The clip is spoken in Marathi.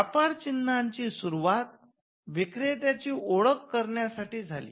व्यापार चिन्हाची सुरुवात विक्रेत्याची ओळख करण्यासाठी झाली